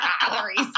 calories